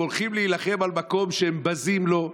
והם הולכים להילחם על מקום שהם בזים לו,